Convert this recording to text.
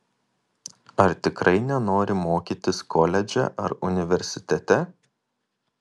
ar tikrai nenori mokytis koledže ar universitete